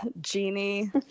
genie